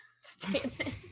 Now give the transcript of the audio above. statement